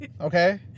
Okay